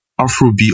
Afrobeat